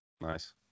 Nice